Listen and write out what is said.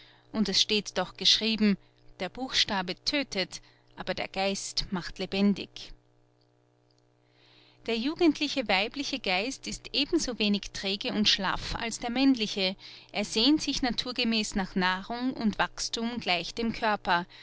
und es steht doch geschrieben der buchstabe tödtet aber der geist macht lebendig der jugendliche weibliche geist ist eben so wenig träge und schlaff als der männliche er sehnt sich naturgemäß nach nahrung und wachsthum gleich dem körper